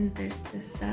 there's this